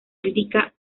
lírica